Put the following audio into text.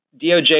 DOJ